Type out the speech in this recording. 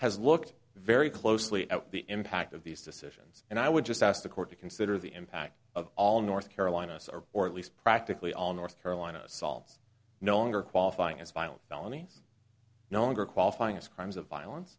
has looked very closely at the impact of these decisions and i would just ask the court to consider the impact of all north carolina us are or at least practically on north carolina solves no longer qualifying as violent felonies no longer qualifying as crimes of violence